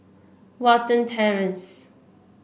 Watten Terrace